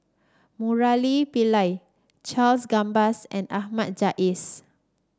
Murali Pillai Charles Gambas and Ahmad Jais